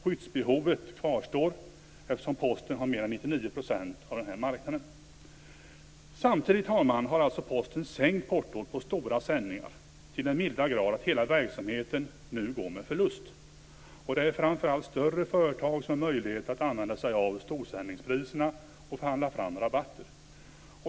Skyddsbehovet kvarstår, eftersom Posten har mer än 99 % av marknaden. Samtidigt har Posten sänkt portot på stora sändningar till den milda grad att hela verksamheten nu går med förlust. Det är framför allt större företag som har möjlighet att använda sig av storsändningspriserna och förhandla fram rabatter.